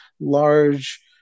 large